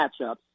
matchups